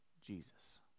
Jesus